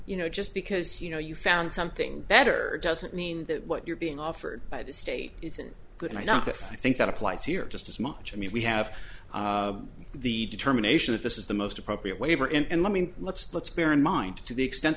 you know just because you know you found something better doesn't mean that what you're being offered by the state isn't good and i don't think that applies here just as much i mean we have the determination that this is the most appropriate waiver and let me let's let's bear in mind to the extent